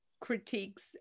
critiques